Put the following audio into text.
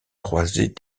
croisées